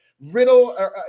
Riddle